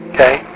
Okay